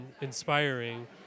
inspiring